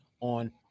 on